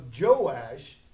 Joash